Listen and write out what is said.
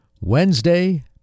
Wednesday